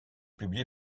publié